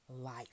life